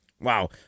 Wow